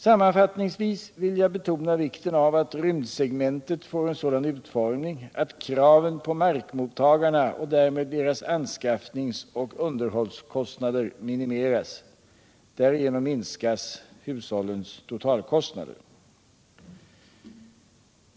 Sammanfattningsvis vill jag understryka vikten av att rymdsegmentet får en sådan utformning att kraven på markmottagarna och därmed deras anskaffningsoch underhållskostnader minimeras. Därigenom minskas hushållens totalkostnader.